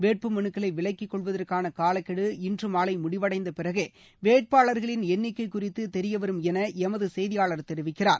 வேட்பு மனுக்களை விலக்கிக் கொள்வதற்கான காலக்கெடு இன்று மாலை முடிவடைந்த பிறகே வேட்பாளர்களின் எண்ணிக்கை குறித்து தெரியவரும் என எமது செய்தியாளர் தெரிவிக்கிறார்